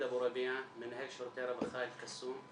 מנהל שירותי הרווחה אל קאסום,